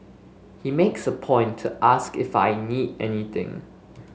he makes it a point to ask if I need anything